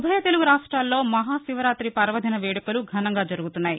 ఉభయ తెలుగు రాష్ట్రాల్లో మహాశివరాతి పర్వదిన వేడుకలు ఘనంగా జరుగుతున్నాయి